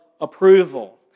approval